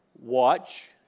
Watch